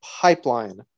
pipeline